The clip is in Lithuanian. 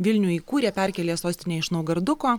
vilnių įkūrė perkėlė sostinę iš naugarduko